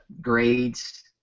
grades